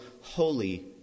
holy